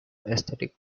aesthetic